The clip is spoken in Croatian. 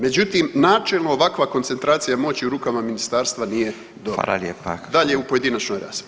Međutim, načelno ovakva koncentracija moći u rukama ministarstva nije dobra [[Upadica: Hvala lijepa]] Dalje u pojedinačnoj raspravi.